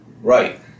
right